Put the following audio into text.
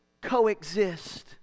coexist